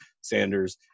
Sanders